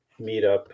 meetup